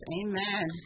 amen